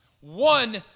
One